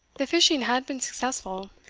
the fishing had been successful,